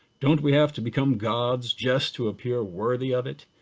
don't we have to become gods just to appear worthy of it?